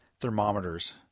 thermometers